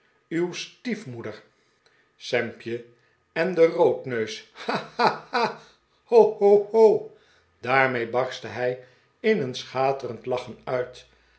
uw stiefmoeder sampje en den roodneus ha ha ha ho ho ho daarmee barstte hij in een schaterend iachen uit